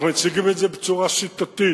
אנחנו מציגים את זה בצורה שיטתית.